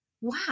wow